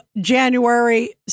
January